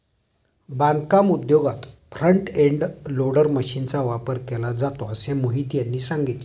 बांधकाम उद्योगात front end loader मशीनचा वापर केला जातो असे मोहित यांनी सांगितले